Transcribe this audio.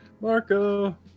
Marco